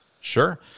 Sure